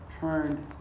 turned